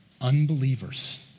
unbelievers